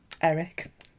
Eric